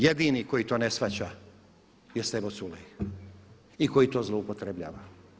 Jedini koji to ne shvaća je Stevo Culej i koji to zloupotrjebljava.